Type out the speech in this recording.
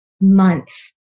months